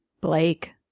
Blake